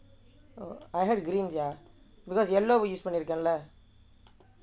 I heard green sia because yellow we use பண்ணிருக்கேன்லே:pannirukkaenla